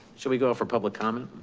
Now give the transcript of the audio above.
should we go out for public comment?